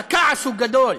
הכעס הוא גדול.